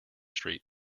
street